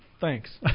Thanks